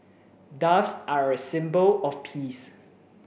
doves are a symbol of peace